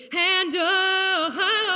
handle